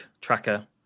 tracker